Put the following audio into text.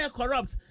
corrupt